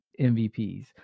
MVPs